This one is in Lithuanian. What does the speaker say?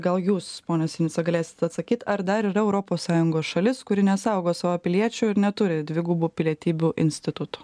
gal jūs pone sinica galėsit atsakyt ar dar yra europos sąjungos šalis kuri nesaugo savo piliečių ir neturi dvigubų pilietybių instituto